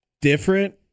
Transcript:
different